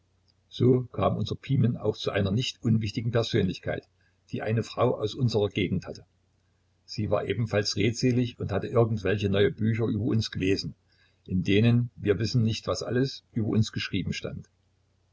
so kam unser pimen auch zu einer nicht unwichtigen persönlichkeit die eine frau aus unserer gegend hatte sie war ebenfalls redselig und hatte irgendwelche neue bücher über uns gelesen in denen wir wissen nicht was alles über uns geschrieben stand